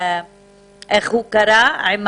איך הוא קרא להם?